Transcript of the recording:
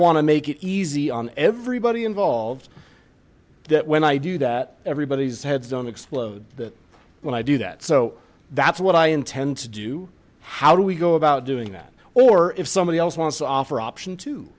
want to make it easy on everybody involved that when i do that everybody's heads don't explode that when i do that so that's what i intend to do how do we go about doing that or if somebody else wants to offer option